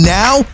now